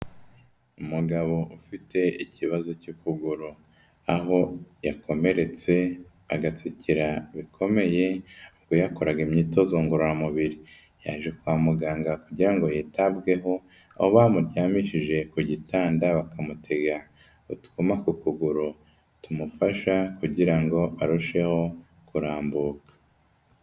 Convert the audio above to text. Umugabo ufite ikibazo cy'ukuguru aho yakomeretse agatsikira bikomeye ubwo yakoraga imyitozo ngororamubiri, yaje kwa muganga kugira ngo yitabweho aho bamuryamishije ku gitanda, bakamutega utwuma ku kuguru tumufasha kugira ngo arusheho kurambuka.